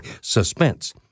suspense